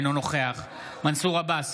אינו נוכח מנסור עבאס,